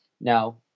Now